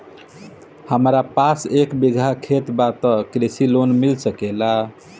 हमरा पास एक बिगहा खेत बा त कृषि लोन मिल सकेला?